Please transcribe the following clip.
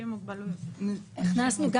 הכנסנו.